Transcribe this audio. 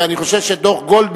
ואני חושב שדוח-גולדברג,